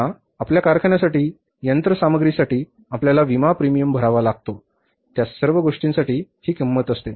विमा आपल्या कारखान्यासाठी यंत्रसामग्रीसाठी आपल्याला विमा प्रीमियम भरावा लागतो त्या सर्व गोष्टींसाठी ही किंमत असते